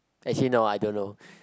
actually no I don't know